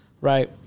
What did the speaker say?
right